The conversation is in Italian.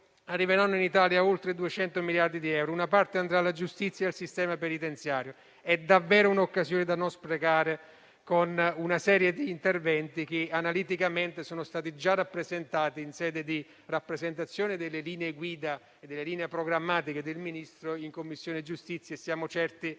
arriveranno in Italia oltre 200 miliardi di euro. Una parte andrà alla giustizia e al sistema penitenziario. È davvero un'occasione da non sprecare con una serie di interventi che analiticamente sono stati già delineati in sede di rappresentazione delle linee guida e delle linee programmatiche del Ministro in Commissione giustizia; siamo certi